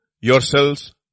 yourselves